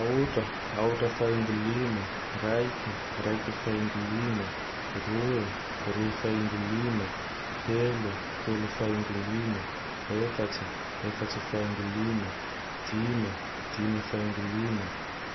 Aotra, aotra faingo lime. Raike, raike faingo lime. Roe, roe faingo lime. Telo, telo faingo lime. Efatse, efatse faingo lime. Dime, dimy faingo lime.